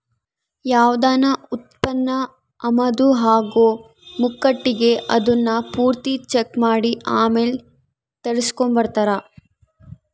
ಯಾವ್ದನ ಉತ್ಪನ್ನ ಆಮದು ಆಗೋ ಮುಂಕಟಿಗೆ ಅದುನ್ನ ಪೂರ್ತಿ ಚೆಕ್ ಮಾಡಿ ಆಮೇಲ್ ತರಿಸ್ಕೆಂಬ್ತಾರ